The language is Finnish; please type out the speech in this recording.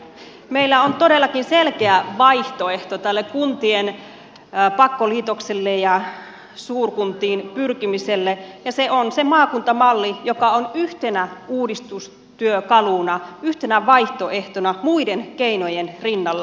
meillä on todellakin selkeä vaihtoehto kuntien pakkoliitoksille ja suurkuntiin pyrkimiselle ja se on se maakuntamalli joka on yhtenä uudistustyökaluna yhtenä vaihtoehtona muiden keinojen rinnalla